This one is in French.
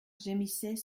gémissait